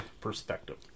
perspective